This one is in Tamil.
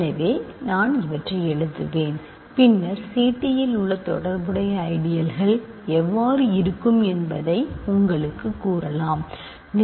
எனவே நான் இவற்றை எழுதுவேன் பின்னர் Ct இல் உள்ள தொடர்புடைய ஐடியல்கள் எவ்வாறு இருக்கும் என்பதை நான் உங்களுக்கு கூறுவேன்